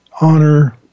honor